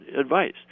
advice